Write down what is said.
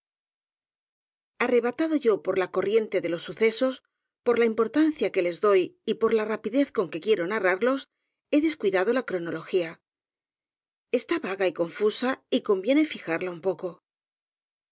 arrebatado yo por la corriente de los sucesos por la importancia que les doy y por la rapidez con que quiero narrarlos he descuidado la cronología está vaga y confusa y conviene fijarla un poco